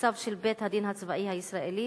בצו של בית-הדין הצבאי הישראלי